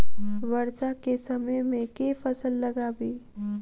वर्षा केँ समय मे केँ फसल लगाबी?